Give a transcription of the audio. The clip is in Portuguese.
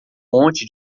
monte